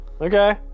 Okay